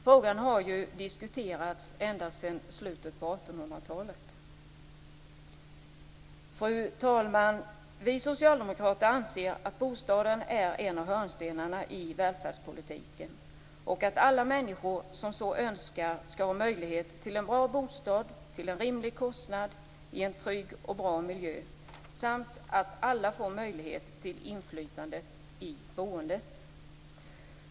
Frågan har ju diskuterats ända sedan slutet av 1800-talet. Fru talman! Vi socialdemokrater anser att bostaden är en av hörnstenarna i välfärdspolitiken och att alla människor som så önskar skall ha möjlighet till en bra bostad till en rimlig kostnad i en trygg och bra miljö samt få möjlighet till inflytande i boendet.